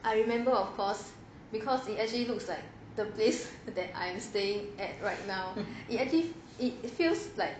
I remember of course because it actually looks like the place that I'm staying at right now it as if it feels like